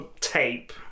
tape